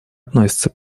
относятся